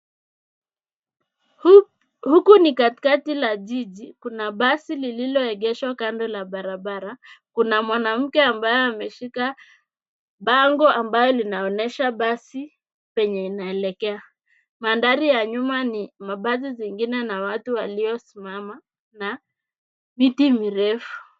Huku ni katikati la jiji, kuna basi lililoegeshwa kando la barabara. Kuna mwanamke ambaye ameshika bango ambalo linaonyesha basi penye inaelekea. Mandhari ya nyuma ni mabasi zingine na watu waliosimama, na miti mirefu.